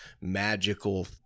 magical